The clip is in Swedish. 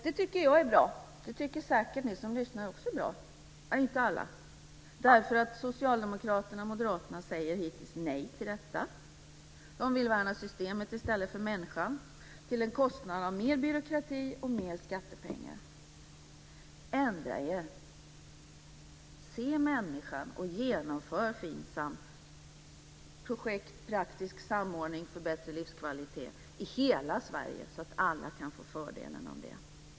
Det tycker jag är bra, och det tycker säkert ni som lyssnar också är bra. Inte alla. Socialdemokraterna och moderaterna har hittills sagt nej till detta. De vill värna systemet i stället för att hjälpa människan, till en kostnad av mer byråkrati och mer skattepengar. Ändra er! Se människan och genomför Finsam, projekt för praktisk samordning för bättre livskvalitet, i hela Sverige så att alla kan få fördelen av det.